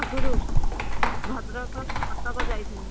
ଆଗରୁ ଭଦ୍ରକ କଟକ ଯାଇଥିଲୁ